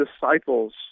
disciples